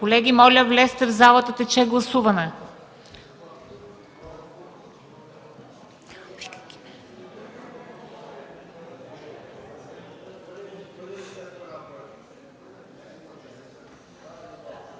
Колеги, моля Ви, влезте в залата – тече гласуване!